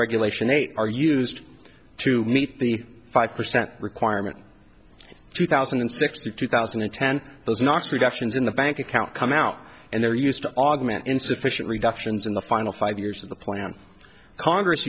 regulation eight are used to meet the five percent requirement two thousand and six to two thousand and ten those not reductions in the bank account come out and they're used to augment insufficient reductions in the final five years of the plan congress